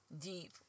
deep